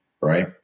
Right